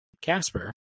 Casper